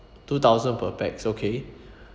two thousand per pax okay